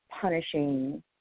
punishing